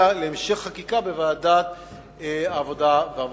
להמשך חקיקה בוועדת העבודה והרווחה.